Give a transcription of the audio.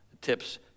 Tips